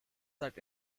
that